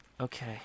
Okay